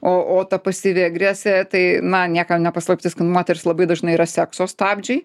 o o ta pasyvi agresija tai na niekam ne paslaptis kad moterys labai dažnai yra sekso stabdžiai